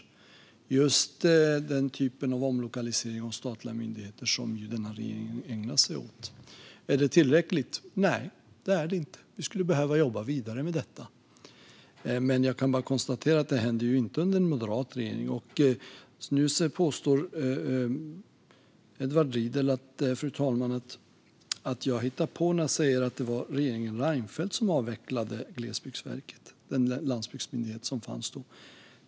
Det har då gällt just den typ av omlokalisering av statliga myndigheter som denna regering ägnar sig åt. Är det tillräckligt? Nej, det är det inte. Vi skulle behöva jobba vidare med detta. Men jag kan bara konstatera att detta inte hände under en moderat regering. Nu påstår Edward Riedl att jag hittar på, fru talman, när jag säger att det var regeringen Reinfeldt som avvecklade Glesbygdsverket, den landsbygdsmyndighet som fanns då.